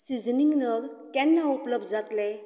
seasoning नग केन्ना उपलब्ध जातले